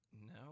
No